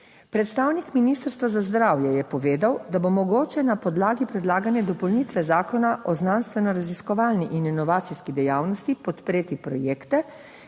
Predstavnik Ministrstva za zdravje je povedal, da bo mogoče na podlagi predlagane dopolnitve Zakona o znanstveno raziskovalni in inovacijski dejavnosti podpreti projekte,